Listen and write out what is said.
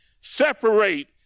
separate